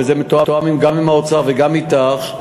וזה מתואם גם עם האוצר וגם אתך,